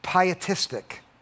pietistic